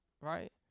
right